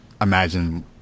imagine